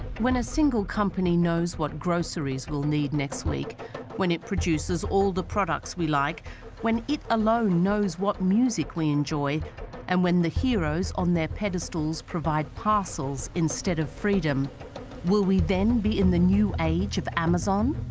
when a single company knows what groceries will need next week when it produces all the products we like when it alone knows what musically enjoy and when the heroes on their pedestals provide parcels instead of freedom will we then be in the new age of amazon?